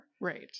Right